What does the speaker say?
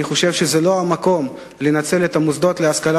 אני חושב שאין מקום לנצל את המוסדות להשכלה